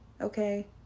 Okay